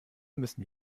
müssen